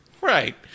Right